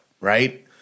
Right